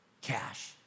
cash